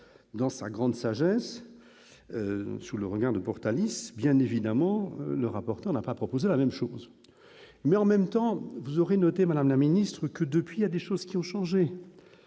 dans sa grande sagesse, sous le regard de Portalis bien évidemment, le rapporteur n'a pas proposé la même chose, mais en même temps vous aurez noté Madame la Ministre que depuis il y a des choses qui ont changé,